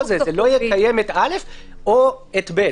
הכוונה שלא יקיים את (א) או את (ב).